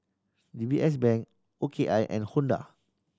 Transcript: D B S Bank O K I and Honda